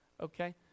okay